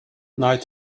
night